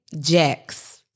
jacks